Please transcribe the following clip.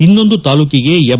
ಇನ್ನೊಂದು ತಾಲೂಕಿಗೆ ಎಂ